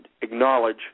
acknowledge